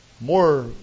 more